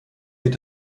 wird